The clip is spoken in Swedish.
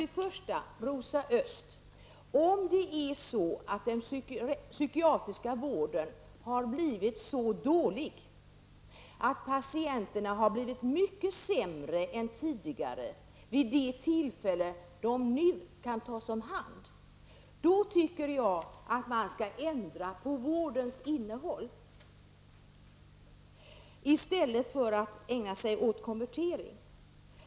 Till Rosa Östh: Om den psykiatriska vården blivit så dålig att patienterna är mycket sämre än tidigare vid det tillfälle de nu kan tas om hand, då tycker jag att man skall ändra på vårdens innehåll i stället för att ägna sig åt konvertering.